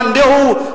מאן דהוא,